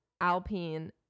Alpine